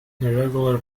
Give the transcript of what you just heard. irregular